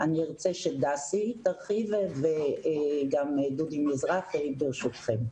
אני ארצה שדסי תרחיב וגם דודי מזרחי, ברשותכם.